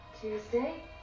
Tuesday